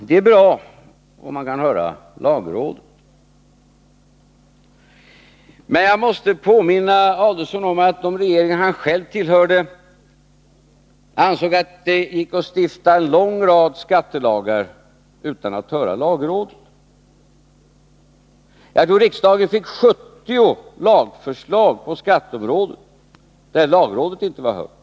Det är bra om man kan höra lagrådet. Men jag måste påminna Ulf Adelsohn om att de regeringar som han själv tillhörde ansåg att det gick att stifta en lång rad skattelagar utan att höra lagrådet. Jag tror att riksdagen fick ta ställning till 70 lagförslag på skatteområdet utan att lagrådet var hört.